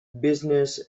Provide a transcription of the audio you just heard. business